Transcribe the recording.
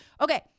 Okay